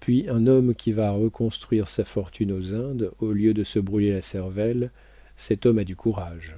puis un homme qui va reconstruire sa fortune aux indes au lieu de se brûler la cervelle cet homme a du courage